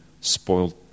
spoiled